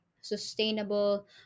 sustainable